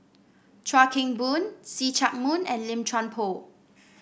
Chuan Keng Boon See Chak Mun and Lim Chuan Poh